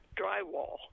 drywall